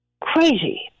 Crazy